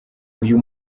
uyu